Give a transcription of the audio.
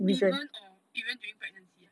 even on even during pregnancy ah